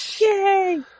Yay